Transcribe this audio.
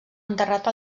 enterrat